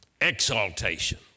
Exaltation